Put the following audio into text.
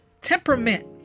temperament